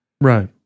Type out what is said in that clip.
Right